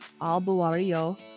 albuario